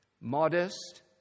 modest